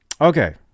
Okay